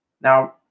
Now